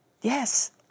Yes